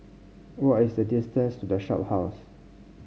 what is the distance to The Shophouse